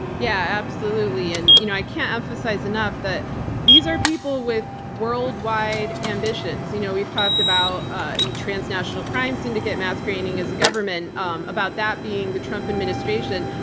yeah, absolutely. and you know i can't emphasize enough that these are people with worldwide ambitions. you know we've talked about ah a transnational crime syndicate masquerading as the government, um about that being the trump administration.